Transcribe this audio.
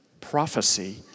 prophecy